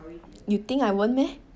you think I won't meh